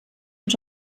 und